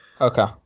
Okay